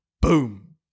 boom